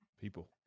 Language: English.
people